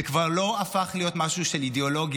זה כבר הפך להיות לא משהו של אידיאולוגיה,